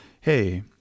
hey